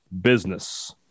business